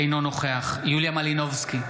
אינו נוכח יוליה מלינובסקי,